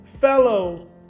fellow